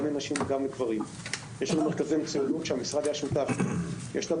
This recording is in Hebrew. גם לנשים וגם לגברים; יש לנו מרכזי מצוינות,